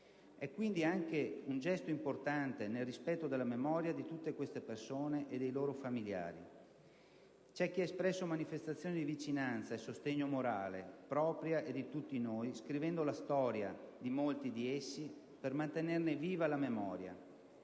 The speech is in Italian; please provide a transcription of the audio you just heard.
È quindi anche un gesto importante nel rispetto della memoria di tutte queste persone e dei loro familiari. C'è chi ha espresso manifestazione di vicinanza e sostegno morale, propria e di tutti noi, scrivendo la storia di molti di essi per mantenerne viva la memoria.